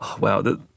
Wow